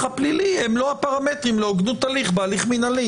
הפלילי הם לא הפרמטרים להוגנות הליך בהליך מינהלי,